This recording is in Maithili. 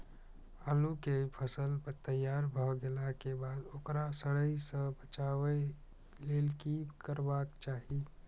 आलू केय फसल तैयार भ गेला के बाद ओकरा सड़य सं बचावय लेल की करबाक चाहि?